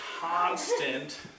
constant